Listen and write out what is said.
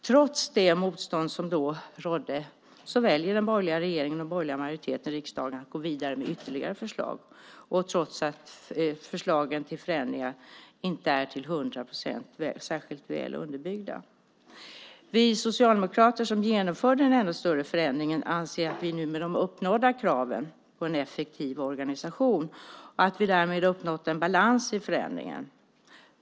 Trots det motstånd som då rådde väljer den borgerliga regeringen och den borgerliga majoriteten i riksdagen att gå vidare med ytterligare förslag, trots att förslagen till förändringar inte är särskilt väl underbyggda. Vi socialdemokrater som genomförde den större förändringen anser att vi nu uppnått kraven på en effektiv organisation och att vi därmed uppnått en balans i förändringen.